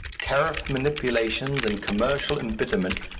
tariff manipulations and commercial embitterment,